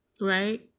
Right